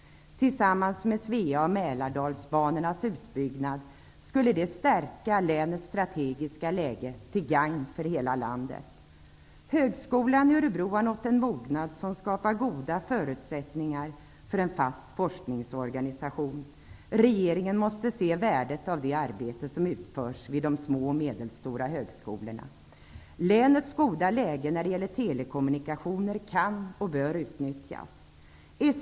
Tillsammans med Svea och Mälardalsbanornas utbyggnad skulle det stärka länets strategiska läge till gagn för hela landet. Högskolan i Örebro har nått en mognad, som skapar goda förutsättningar för en fast forskningsorganisation. Regeringen måste se värdet av det arbete som utförs vid de små och medelstora högskolorna. Länets goda läge när det gäller telekommunikationer kan och bör utnyttjas.